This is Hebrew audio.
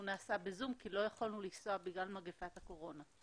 הוא נעשה בזום כי לא יכולנו לנסוע בגלל מגפת הקורונה.